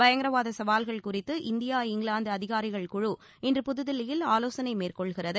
பயங்கரவாத சகவால்கள் குறித்து இந்தியா இங்கிலாந்து அதிகாரிகள் குழு இன்று புதுதில்லியில் ஆலோசனை மேற்கொள்கிறது